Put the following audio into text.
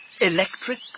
Electric